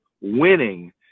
winning